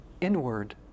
inward